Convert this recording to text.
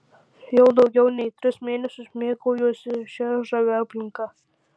jau daugiau nei tris mėnesius mėgaujuosi šia žavia aplinka